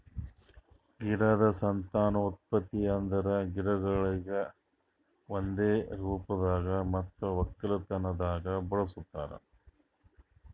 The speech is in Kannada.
ಗಿಡದ್ ಸಂತಾನೋತ್ಪತ್ತಿ ಅಂದುರ್ ಗಿಡಗೊಳಿಗ್ ಒಂದೆ ರೂಪದಾಗ್ ಮತ್ತ ಒಕ್ಕಲತನದಾಗ್ ಬಳಸ್ತಾರ್